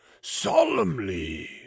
solemnly